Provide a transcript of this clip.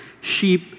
sheep